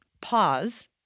pause